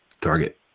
target